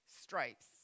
stripes